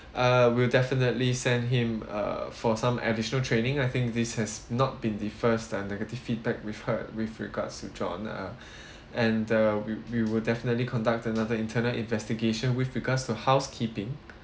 uh we'll definitely send him a for some additional training I think this has not been the first and negative feedback with her with regards to john uh and uh we we will definitely conduct another internal investigation with regards to housekeeping